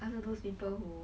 after those people who